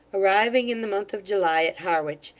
arriving in the month of july at harwich,